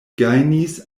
gajnis